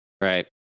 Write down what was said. Right